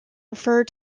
refer